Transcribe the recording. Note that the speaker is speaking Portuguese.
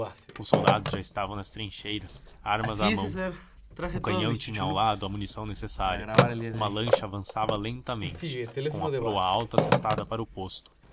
os soldados já estavam nas trincheiras armas à mão o canhão tinha ao lado a munição necessária uma lancha avançava lentamente com a proa alta assestada para o posto